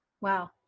Wow